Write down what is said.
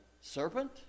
serpent